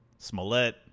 Smollett